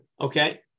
Okay